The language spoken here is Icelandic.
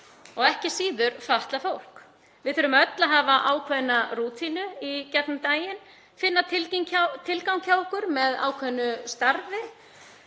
og ekki síður fatlað fólk. Við þurfum öll að hafa ákveðna rútínu í gegnum daginn, finna tilgang hjá okkur með ákveðnu starfi